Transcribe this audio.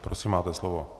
Prosím, máte slovo.